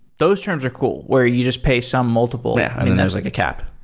those terms are cool, where you just pay some multiple yeah. i mean, there's like a cap.